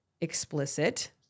explicit